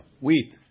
wheat